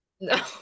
No